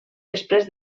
després